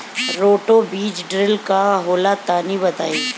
Roto बीज drill का होला तनि बताई?